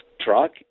truck